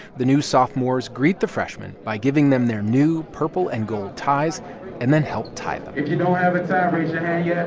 the new sophomore's greet the freshmen by giving them their new purple and gold ties and then help tie them if you don't have yeah yeah